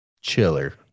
chiller